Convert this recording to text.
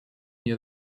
near